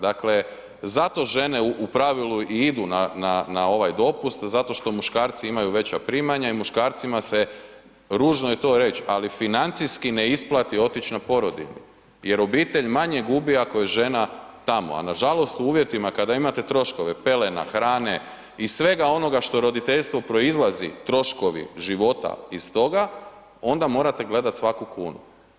Dakle, zato žene u pravilu i idu na ovaj dopust zato što muškarci imaju veća primanja i muškarcima se, ružno je to reći, financijski ne isplati otići na porodiljni, jer obitelj manje gubi ako je žena tamo, a nažalost u uvjetima kada imate troškove pelena, hrane i svega onoga što roditeljstvo proizlazi troškovi života iz toga, onda morate gledati svaku kunu.